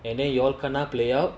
and then you all kena play out